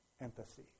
empathy